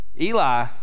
Eli